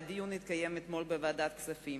והדיון התקיים אתמול בוועדת הכספים.